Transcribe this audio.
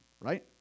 right